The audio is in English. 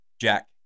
Jack